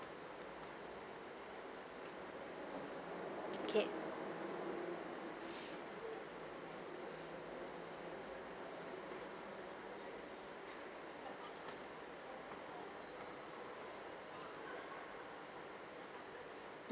okay